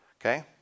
Okay